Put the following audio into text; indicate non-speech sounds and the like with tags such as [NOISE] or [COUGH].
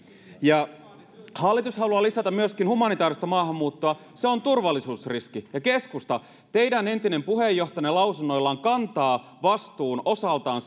hallitus haluaa lisätä myöskin humanitaarista maahanmuuttoa se on turvallisuusriski ja keskusta teidän entinen puheenjohtajanne lausuntoineen kantaa vastuun osaltaan [UNINTELLIGIBLE]